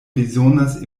bezonas